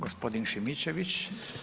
Gospodin Šimičević.